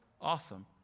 awesome